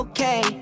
Okay